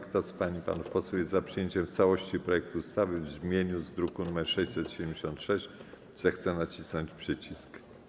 Kto z pań i panów posłów jest za przyjęciem w całości projektu ustawy w brzmieniu z druku nr 676, zechce nacisnąć przycisk.